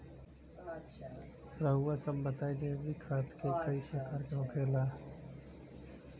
रउआ सभे बताई जैविक खाद क प्रकार के होखेला?